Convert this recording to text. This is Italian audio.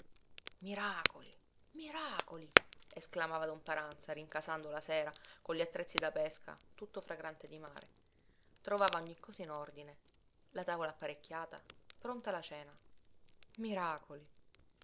miracoli miracoli esclamava don paranza rincasando la sera con gli attrezzi da pesca tutto fragrante di mare trovava ogni cosa in ordine la tavola apparecchiata pronta la cena miracoli